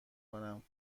کنم